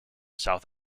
south